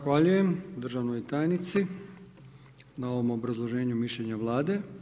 Zahvaljujem državnoj tajnici na ovom obrazloženju mišljenja Vlade.